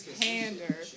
pander